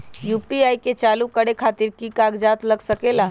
UPI के चालु करे खातीर कि की कागज़ात लग सकेला?